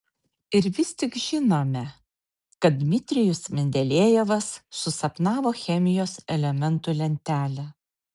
ir vis tik žinome kad dmitrijus mendelejevas susapnavo chemijos elementų lentelę